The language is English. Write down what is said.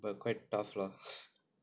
but quite tough lah